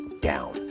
down